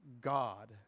God